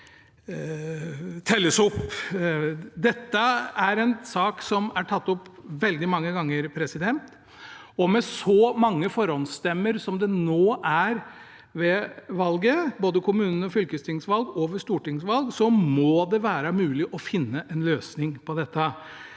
Dette er en sak som er tatt opp veldig mange ganger, og med så mange forhåndsstemmer som det nå er ved valget, ved både kommunestyrevalg, fylkestingsvalg og stortingsvalg, må det være mulig å finne en løsning på det.